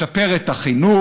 לשפר את החינוך,